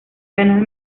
canal